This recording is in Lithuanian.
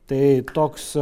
tai toks